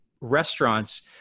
restaurants